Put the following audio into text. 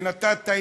אתה,